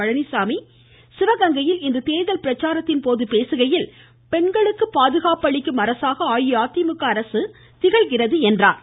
பழனிச்சாமி சிவகங்கையில் இன்று தேர்தல் பிரச்சாரத்தின்போது பேசுகையில் பெண்களுக்கு பாதுகாப்பு அளிக்கும் அராசாக அஇஅதிமுக அரசு திகழ்கிறது என்று தெரிவித்தார்